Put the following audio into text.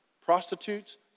prostitutes